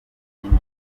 ibindi